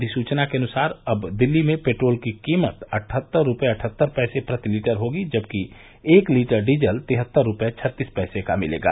अधिसूचना के अनुसार अब दिल्ली में पेट्रोल की कीमत अठहत्तर रुपये अठहत्तर पैसे प्रतिलीटर होगी जबकि एक लीटर डीजल तिहत्तर रुपये छत्तीस पैसे का मिलेगा